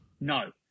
No